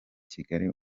kigali